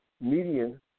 median